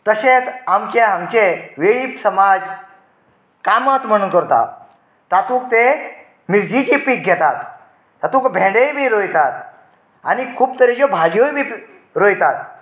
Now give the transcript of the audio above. तशेंच आमचें हांगचें वेळीप समाज कामत म्हणून करता तातूंत ते मिर्चीचें पीक घेतात हातूंत भेंडेय बी रोंयतात आनी खूब तरेच्यो भाज्योय बी रोंयतात